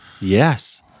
yes